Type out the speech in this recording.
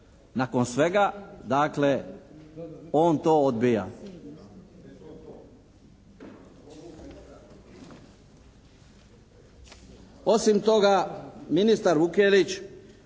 Nakon svega, dakle on to odbija. Osim toga, ministar Vukelić